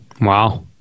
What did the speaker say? Wow